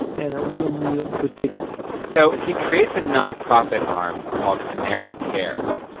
and a real meal with dignity so he creates a nonprofit arm called panera cares.